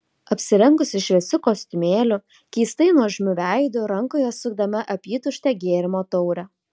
apsirengusi šviesiu kostiumėliu keistai nuožmiu veidu rankoje sukdama apytuštę gėrimo taurę